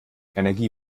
energie